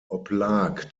oblag